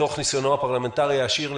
מתוך ניסיונו הפרלמנטרי העשיר,